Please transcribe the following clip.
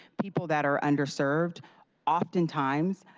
people that are underserved oftentimes